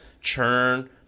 churn